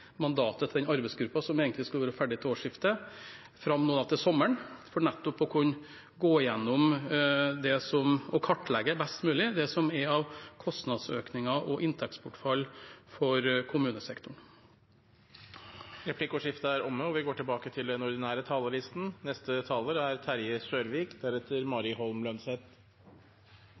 som egentlig skulle være ferdig til årsskiftet, fram til sommeren, for nettopp å kunne gå gjennom og kartlegge best mulig det som er av kostnadsøkninger og inntektsbortfall for kommunesektoren. Replikkordskiftet er omme.